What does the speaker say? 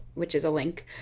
which is a link,